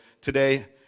today